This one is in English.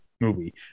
movie